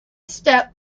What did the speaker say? step